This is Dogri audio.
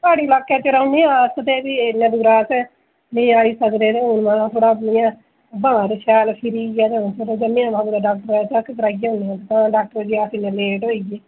प्हाड़ी लाकें च रौह्ने हां अस ते फ्ही इन्ने दूरा नेईं आई सकदे हून में हा थोह्ड़ा इ'यां ब्हार शैल फिरी ऐ ते में हून कुतै जन्ने आं डाक्टर कोल चेक कराई औन्ने आं तां डाक्टर जी अस लेट होई गै